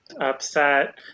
upset